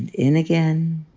and in again